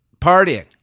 partying